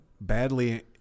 badly